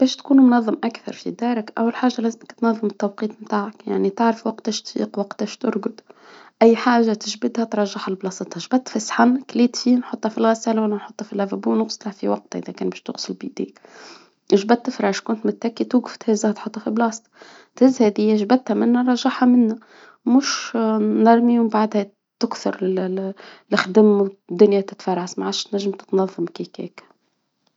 باش تكون منظم أكثر في دارك أول حاجة لازم تنظم التوقيت نتاعك يعني تعرف وقتاش تفيق، وقتاش ترقد، أي حاجة تجبدها ترجعها لبلاصتها جبدت في الصحة من كلا بشي نحطها في ونحطها في وقتها لكن باش تغسل بيديك، تجبد فراش كنت متاكي توقف تلجها وتحطها في بلاصتك، تنسى هادي يجبد نرجعها منا، مش تكسر الخدم، الدنيا تتفرعش، ما عادش تنجم تتنظم كي هكاك.